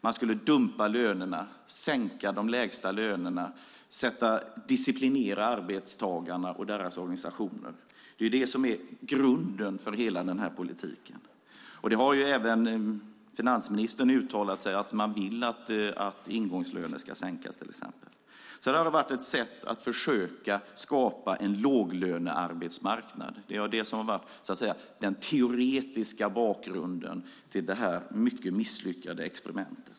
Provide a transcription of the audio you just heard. Man skulle dumpa lönerna, alltså sänka de lägsta lönerna, och disciplinera arbetstagarna och deras organisationer. Det är grunden för hela politiken, och finansministern har uttalat att han vill se sänkta ingångslöner. Ett försök att skapa en låglönearbetsmarknad var den teoretiska bakgrunden till detta mycket misslyckade experiment.